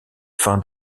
fin